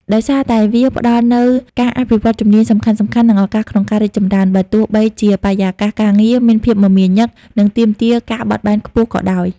ដោយសារតែវាផ្ដល់នូវការអភិវឌ្ឍជំនាញសំខាន់ៗ និងឱកាសក្នុងការរីកចម្រើន បើទោះបីជាបរិយាកាសការងារមានភាពមមាញឹក និងទាមទារការបត់បែនខ្ពស់ក៏ដោយ។